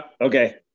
Okay